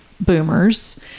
boomers